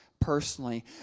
personally